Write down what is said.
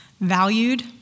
valued